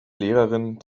lehrerin